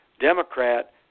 Democrat